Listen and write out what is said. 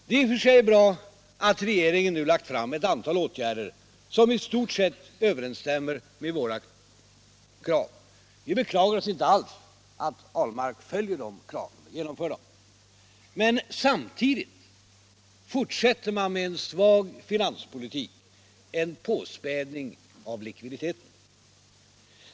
Det är i och för sig bra att regeringen nu lagt fram förslag till ett antal åtgärder som i stort sett överensstämmer med våra krav. Vi beklagar oss inte alls över att herr Ahlmark följer våra förslag och genomför de kraven. Men samtidigt fortsätter man med en svag finanspolitik, en påspädning av likviditeten.